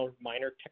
minor